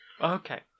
Okay